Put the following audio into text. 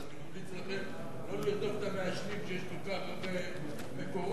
אבל אני ממליץ לכם לא לרדוף את המעשנים כשיש כל כך הרבה מקורות,